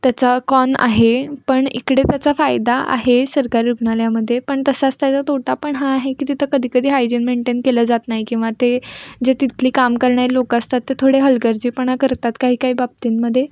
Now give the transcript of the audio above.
त्याचा कॉन आहे पण इकडे त्याचा फायदा आहे सरकारी रुग्णालयामध्ये पण तसाच त्याचा तोटा पण हा आहे की तिथं कधी कधी हायजीन मेंटेन केलं जात नाही किंवा ते जे तिथले काम करणारी लोक असतात ते थोडे हलगर्जीपणा करतात काही काही बाबतींमध्ये